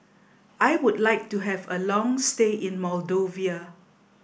I would like to have a long stay in Moldova